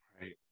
right